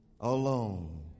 alone